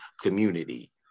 community